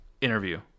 interview